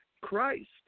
Christ